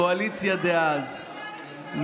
קואליציה דאז,